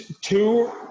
two